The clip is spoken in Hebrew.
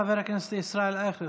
תורה, חבר הכנסת ישראל אייכלר.